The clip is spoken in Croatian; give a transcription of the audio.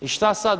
I šta sada?